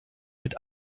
mit